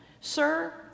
Sir